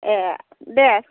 ए दे